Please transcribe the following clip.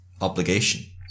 obligation